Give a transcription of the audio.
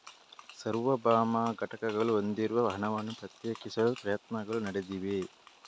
ಸಾರ್ವಭೌಮ ಘಟಕಗಳು ಹೊಂದಿರುವ ಹಣವನ್ನು ಪ್ರತ್ಯೇಕಿಸಲು ಪ್ರಯತ್ನಗಳು ನಡೆದಿವೆ